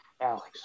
Alex